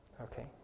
Okay